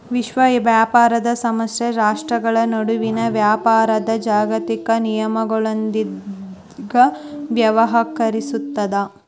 ವಿಶ್ವ ವ್ಯಾಪಾರ ಸಂಸ್ಥೆ ರಾಷ್ಟ್ರ್ಗಳ ನಡುವಿನ ವ್ಯಾಪಾರದ್ ಜಾಗತಿಕ ನಿಯಮಗಳೊಂದಿಗ ವ್ಯವಹರಿಸುತ್ತದ